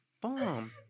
bomb